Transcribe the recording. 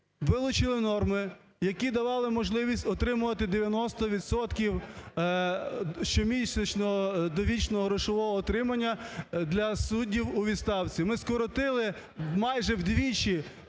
вилучили норми, які давали можливість отримувати 90 відсотків щомісячно довічного грошового отримання для суддів у відставці. Ми скоротили майже вдвічі